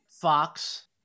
Fox